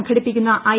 സംഘടിപ്പിക്കുന്ന ഐ